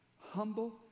humble